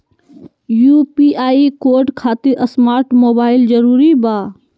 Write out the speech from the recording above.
UPI code खातिर smart mobile जरूरी बा?